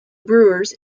brewers